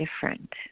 different